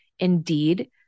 Indeed